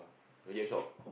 reject shop